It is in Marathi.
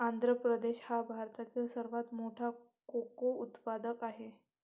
आंध्र प्रदेश हा भारतातील सर्वात मोठा कोको उत्पादक आहे